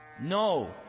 No